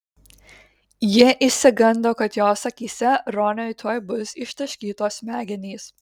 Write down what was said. ji išsigando kad jos akyse roniui tuoj bus ištaškytos smegenys